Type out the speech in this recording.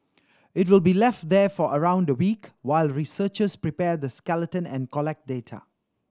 it will be left there for around a week while researchers prepare the skeleton and collect data